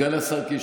סגן השר קיש,